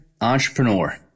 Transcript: entrepreneur